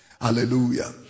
hallelujah